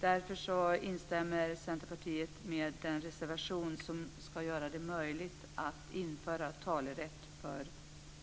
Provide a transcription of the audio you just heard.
Därför instämmer Centerpartiet med den reservation som ska göra det möjligt att införa talerätt för änkan och övriga arvingar.